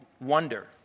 Wonder